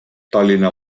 tallinna